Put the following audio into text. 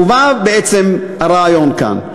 מה בעצם הרעיון כאן?